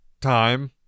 time